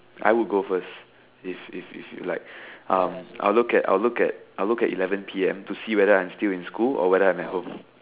I would go first if if if you like um I'll look at I'll look at I'll look at eleven P_M to see whether I'm still in school or whether I'm at home